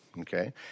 okay